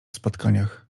spotkaniach